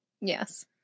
Yes